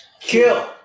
Kill